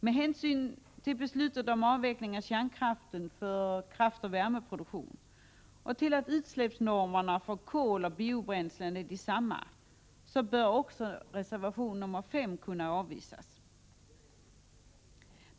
Med hänsyn till beslutet om avveckling av kärnkraften för kraftoch värmeproduktion och till att utsläppsnormerna för kol och biobränslen är desamma bör reservation 5 avvisas.